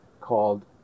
called